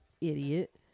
idiot